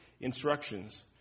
instructions